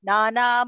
Nana